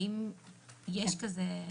האם יש כזה?